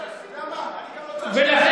אתה יודע מה, אני גם לא צריך, ולכן,